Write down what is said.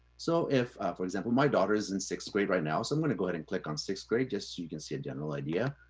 so if, for example, my daughter is in sixth grade right now, so i'm gonna go ahead and click on sixth grade just so you can see a general idea.